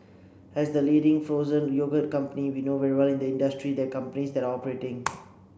as the leading frozen yogurt company we know very well this industry and the companies that are operating